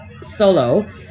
solo